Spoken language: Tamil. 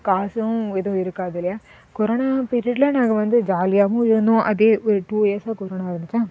காசும் எதுவும் இருக்காது இல்லையா கொரோனா பீரியடில் நாங்கள் வந்து ஜாலியாகவும் இருந்தோம் அதே ஒரு டூ இயர்ஸாக கொரோனா இருந்துச்சா